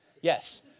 Yes